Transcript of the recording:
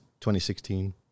2016